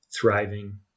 thriving